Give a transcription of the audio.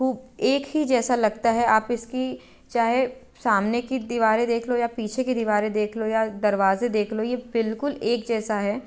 हूब एक ही जैसा लगता है आप इसकी चाहे सामने की दीवारें देख लो या पीछे की दीवारें देख लो या दरवाज़े देख लो ये बिल्कुल एक जैसा है